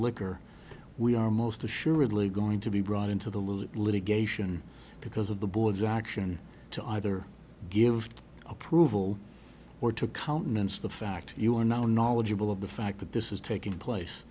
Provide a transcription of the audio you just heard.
liquor we are most assuredly going to be brought into the loop litigation because of the board's reaction to either give approval or to countenance the fact you are now knowledgeable of the fact that this is taking place